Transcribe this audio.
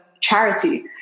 charity